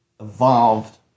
Evolved